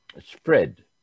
spread